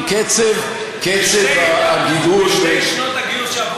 קצב, זה נכון.